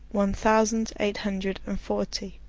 one thousand eight hundred and forty.